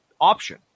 option